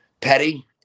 petty